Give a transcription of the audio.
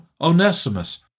Onesimus